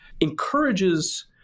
encourages